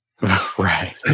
Right